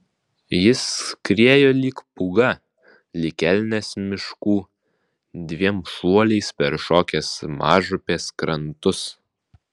jis skriejo lyg pūga lyg elnias miškų dviem šuoliais peršokęs mažupės krantus